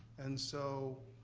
and so,